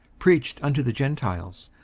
preached unto the gentiles,